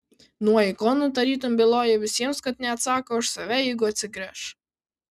nuo ikonų tarytum bylojo visiems kad neatsako už save jeigu atsigręš